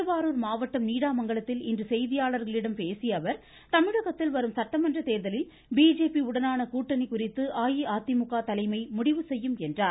திருவாரூர் மாவட்டம் நீடாமங்கலத்தில் இன்று செய்தியாளர்களிடம் பேசிய அவர் தமிழகத்தில் வரும் சட்டமன்ற தேர்தலில் பிஜேபி உடனான கூட்டணி குறித்து அஇஅதிமுக தலைமை முடிவு செய்யும் என்றார்